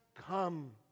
come